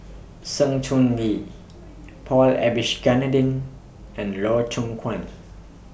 Sng Choon Yee Paul Abisheganaden and Loh Hoong Kwan